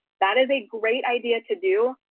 that is a great idea to do.